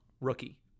rookie